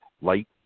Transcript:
Light